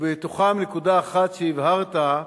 ובתוכם נקודה אחת שהבהרת,